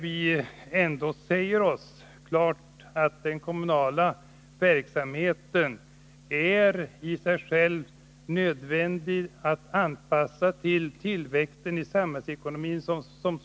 Vi säger klart ifrån att den kommunala verksamheten med nödvändighet måste anpassas till samhällsekonomins tillväxt.